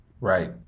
Right